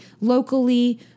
locally